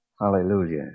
Hallelujah